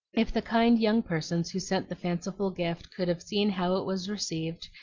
if the kind young persons who sent the fanciful gift could have seen how it was received,